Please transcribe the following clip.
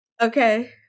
okay